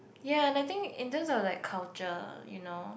ya I think in term of like culture you know